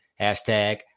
Hashtag